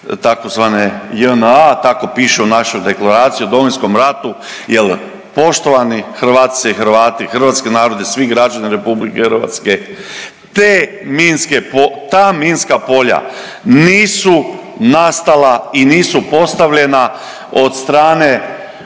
tzv. JNA tako piše u našoj Deklaraciji o Domovinskom ratu jel da, poštovani Hrvatice i Hrvati, hrvatski narod, svih građana RH, ta minska polja nisu nastala i nisu postavljena od strane